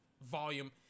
volume